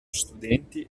studenti